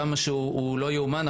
זה לא יאומן.